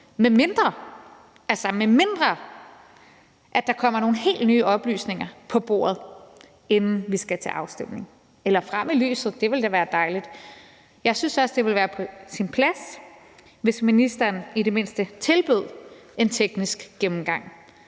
til afstemning, medmindre der kommer nogle helt nye oplysninger på bordet, inden vi skal til afstemning – at det kom frem i lyset; det ville da være dejligt. Jeg synes også, det ville være på sin plads, hvis ministeren i det mindste tilbød en teknisk gennemgang.